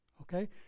Okay